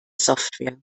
software